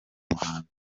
muhanzi